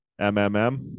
MMM